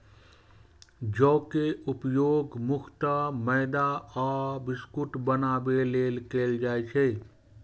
जौ के उपयोग मुख्यतः मैदा आ बिस्कुट बनाबै लेल कैल जाइ छै